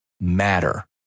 matter